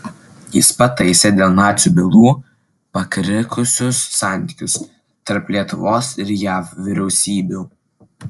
jis pataisė dėl nacių bylų pakrikusius santykius tarp lietuvos ir jav vyriausybių